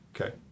Okay